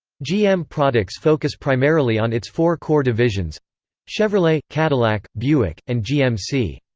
gm products focus primarily on its four core divisions chevrolet, cadillac, buick, and gmc.